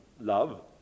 love